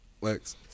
Lex